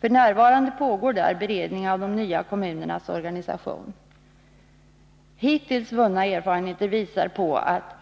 F.n. pågår där beredning av de nya kommunernas organisation. Hittills vunna erfarenheter tyder på att